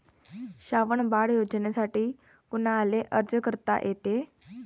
श्रावण बाळ योजनेसाठी कुनाले अर्ज करता येते?